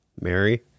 Mary